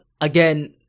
again